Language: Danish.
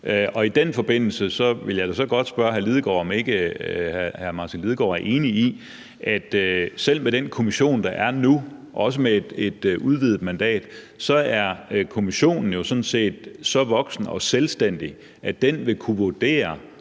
I den forbindelse vil jeg da godt spørge hr. Martin Lidegaard, om hr. Martin Lidegaard ikke er enig i, at selve den kommission, der er der nu, også med et udvidet mandat, jo sådan set er så voksen og selvstændig, at den vil kunne vurdere,